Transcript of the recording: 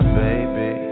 baby